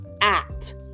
act